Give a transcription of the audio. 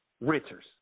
renters